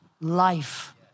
life